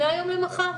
מהיום למחר.